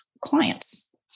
clients